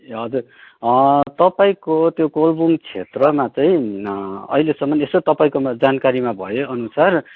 हजुर तपाईँको त्यो कोलबुङ क्षेत्रमा चाहिँ अहिलेसम्म यसो तपाईँकोमा जानकारीमा भए अनुसार